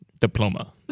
diploma